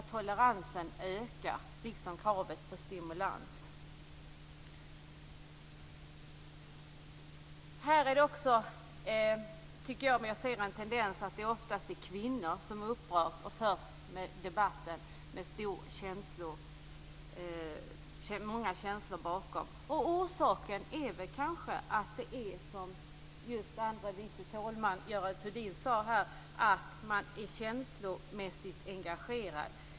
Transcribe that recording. Toleransen ökar, liksom kravet på stimulans. Här tycker jag också att man kan se en tendens att det oftast är kvinnor som upprörs och för debatten, med många känslor bakom. Orsaken är kanske att det är just som andre vice talmannen Görel Thurdin sade, att man är känslomässigt engagerad.